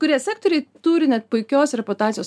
kurie sektoriai turi net puikios reputacijos